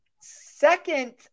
Second